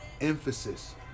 emphasis